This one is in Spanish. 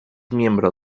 miembro